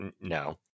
no